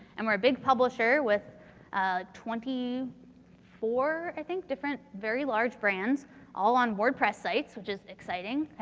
and we're a big publisher with twenty four, i think, different very large brands all on wordpress sites which is exciting. and